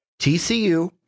TCU